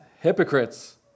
hypocrites